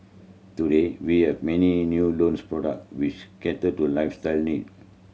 today we have many new loans product which cater to lifestyle need